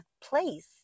place